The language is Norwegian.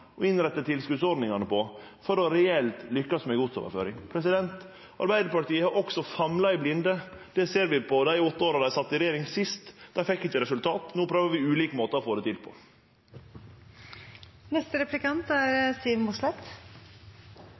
å innrette tilskotsordningane på, for reelt å lykkast med godsoverføring. Arbeidarpartiet har også famla i blinde. Det ser vi på dei åtte åra dei sat i regjering sist. Dei fekk ikkje resultat. No prøver vi ulike måtar å få det til på. Alle har vel nå registrert at det er